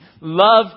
Love